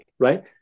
Right